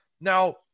now